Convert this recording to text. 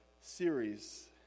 series